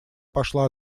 пошла